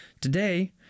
Today